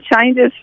changes